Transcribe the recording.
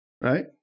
Right